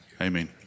amen